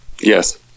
yes